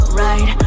right